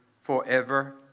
forever